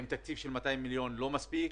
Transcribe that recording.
עם תקציב של 200 מיליון, זה לא מספיק.